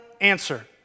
answer